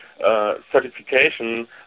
Certification